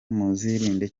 muzirinde